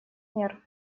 мер